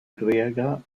griega